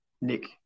Nick